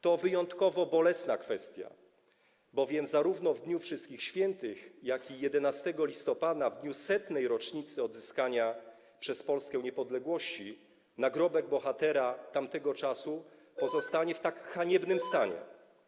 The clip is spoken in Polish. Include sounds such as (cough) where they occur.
To wyjątkowo bolesna kwestia, bowiem zarówno w dniu Wszystkich Świętych, jak i 11 listopada, w dniu 100. rocznicy odzyskania przez Polskę niepodległości, nagrobek bohatera tamtego czasu pozostaje (noise) w tak haniebnym stanie.